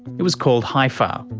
it was called hifar,